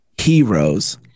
Heroes